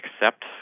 accept